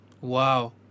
Wow